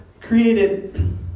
created